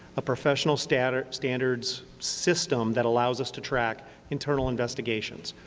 a professional standards standards system that allows us to track internal investigations.